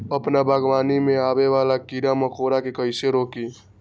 अपना बागवानी में आबे वाला किरा मकोरा के कईसे रोकी?